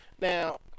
Now